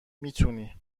میتونی